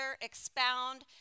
expound